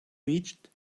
reached